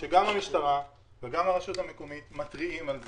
שגם המשטרה וגם הרשות המקומית מתריעים על זה,